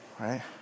right